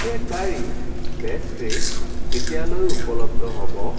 bakery pastry কেতিয়ালৈ উপলব্ধ হ'ব